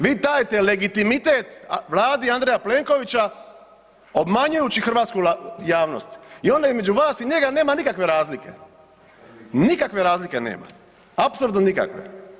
Vi taj legitimitet Vladi Andreja Plenkovića obmanjujući hrvatsku javnost i onda između vas i njega nema nikakve razlike, nikakve razlike nema, apsolutno nikakve.